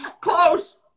close